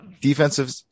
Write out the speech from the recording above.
defensive